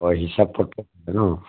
অঁ হিচাপ পত্ৰ আছে ন